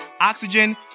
oxygen